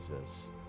Jesus